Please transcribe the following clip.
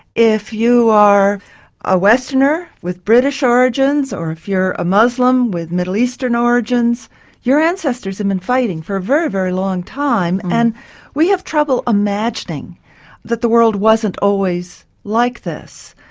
if you are a westerner with british origins or if you're a muslin with middle-eastern origins your ancestors have and been fighting for a very, very long time, and we have trouble imagining that the world wasn't always like this.